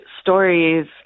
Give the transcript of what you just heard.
stories